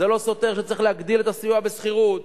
זה לא סותר את הצורך בהגדלת הסיוע בשכירות.